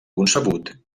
concebut